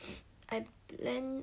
I plan